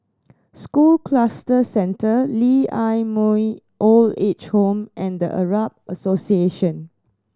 School Cluster Centre Lee Ah Mooi Old Age Home and The Arab Association